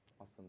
Awesome